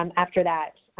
um after that,